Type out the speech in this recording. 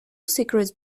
secrets